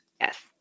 Yes